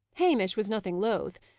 hamish was nothing loth.